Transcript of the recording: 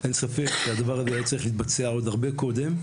אין ספק שהדבר הזה היה צריך להתבצע עוד הרבה קודם.